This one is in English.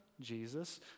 Jesus